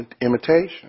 imitation